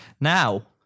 Now